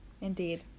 indeed